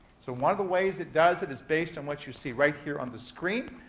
so one of the ways it does it is based on what you see right here on the screen.